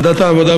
ועדת העבודה,